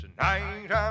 Tonight